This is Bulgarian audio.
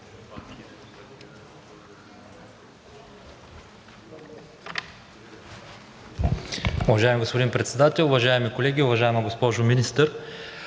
Уважаеми господин Председател, уважаеми колеги! Уважаема госпожо Министър,